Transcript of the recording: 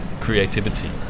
creativity